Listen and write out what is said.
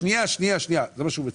שנייה, שנייה, זה מה שהוא מציע.